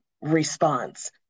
response